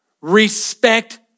respect